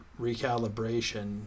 recalibration